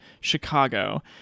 Chicago